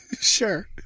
Sure